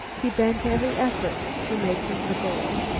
he bent every effort to making the goal.